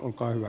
kiitoksia